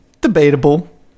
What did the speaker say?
Debatable